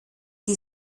die